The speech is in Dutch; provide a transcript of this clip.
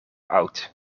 oud